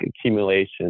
accumulation